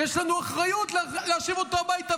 יש לנו אחריות להשיב אותו הביתה,